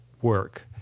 work